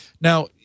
now